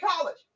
college